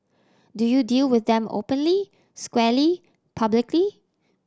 do you deal with them openly squarely publicly